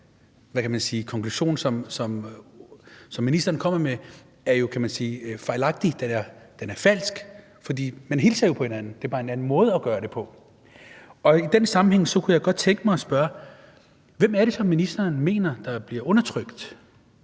for den konklusion, som ministeren kommer med, er fejlagtig og falsk, for man hilser jo på hinanden; det er bare en anden måde at gøre det på. I den sammenhæng kunne jeg godt tænke mig at spørge: Hvem er det, ministeren mener bliver undertrykt?